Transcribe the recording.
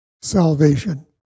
salvation